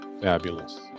fabulous